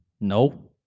No